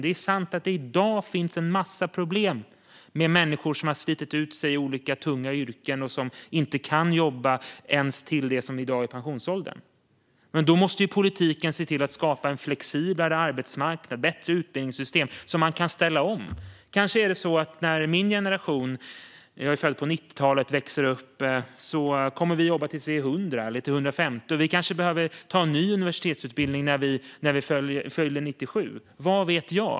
Det är sant att det i dag finns en massa problem med människor som har slitit ut sig i tunga yrken och som inte kan jobba ens till dagens pensionsålder, men då måste politiken se till att skapa en flexiblare arbetsmarknad och bättre utbildningssystem så att man kan ställa om. Kanske kommer vi i min generation - jag är född på 90-talet - att jobba tills vi är 100 eller 150. Vi kanske behöver gå en ny universitetsutbildning när vi fyller 97. Vad vet jag?